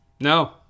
No